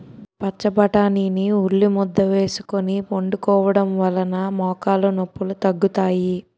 పచ్చబొటాని ని ఉల్లిముద్ద వేసుకొని వండుకోవడం వలన మోకాలు నొప్పిలు తగ్గుతాయి